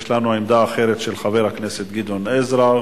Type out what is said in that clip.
יש לנו עמדה אחרת של חבר הכנסת גדעון עזרא,